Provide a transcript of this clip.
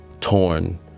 torn